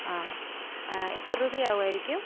ആ എത്ര രൂപയാവുമായിരിക്കും